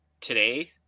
today